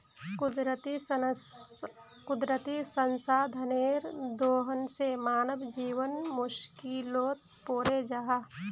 कुदरती संसाधनेर दोहन से मानव जीवन मुश्कीलोत पोरे जाहा